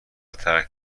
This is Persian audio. ترک